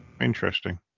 Interesting